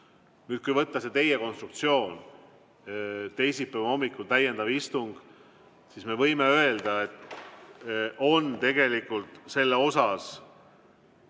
Nüüd kui võtta see teie konstruktsioon, et teha teisipäeva hommikul täiendav istung, siis me võime öelda, et tegelikult on selle osas